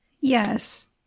Yes